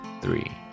three